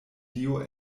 dio